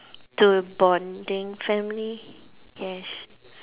to bonding family yes